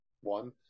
One